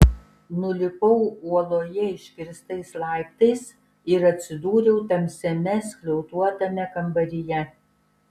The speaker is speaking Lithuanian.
nulipau uoloje iškirstais laiptais ir atsidūriau tamsiame skliautuotame kambaryje